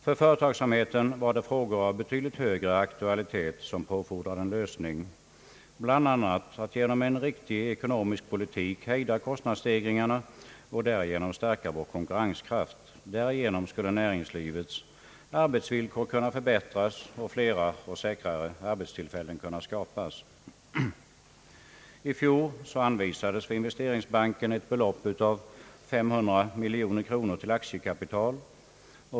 För svensk företagsamhet var det frågor av betydligt högre aktualitet som påfordrade en lösning, bl.a. att genom en riktig ekonomisk politik hejda kostnadsstegringarna och därigenom stärka vår konkurrenskraft. På det sättet skulle näringslivets arbetsvillkor kunna förbättras och flera samt säkrare arbetstillfällen kunna skapas. I fjol anvisades Investeringsbanken ett belopp av 500 miljoner kronor till aktiekapital.